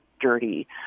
dirty